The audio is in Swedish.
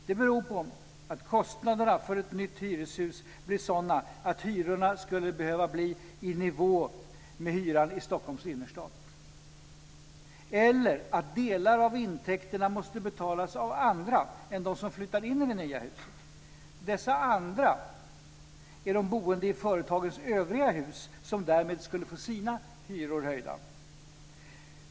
Det beror på att kostnaderna för ett nytt hyreshus blir sådana att hyrorna skulle behöva bli i nivå med hyran i Stockholms innerstad. Om inte måste delar av intäkterna betalas av andra än dem som flyttar in i det nya huset. Dessa andra är de boende i företagens övriga hus, som därmed skulle få sina hyror höjda.